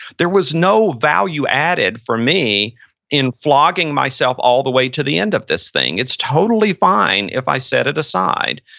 there was no value added for me in flogging myself all the way to the end of this thing. it's totally fine if i set it aside.